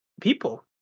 people